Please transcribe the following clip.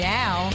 now